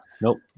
Nope